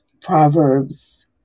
Proverbs